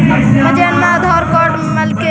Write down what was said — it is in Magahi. मैनेजरवा आधार कार्ड मगलके हे?